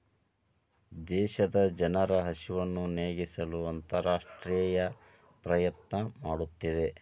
ದೇಶದ ಜನರ ಹಸಿವನ್ನು ನೇಗಿಸಲು ಅಂತರರಾಷ್ಟ್ರೇಯ ಪ್ರಯತ್ನ ಮಾಡುತ್ತಿದೆ